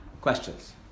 Questions